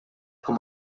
com